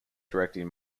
directing